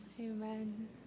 Amen